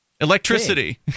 electricity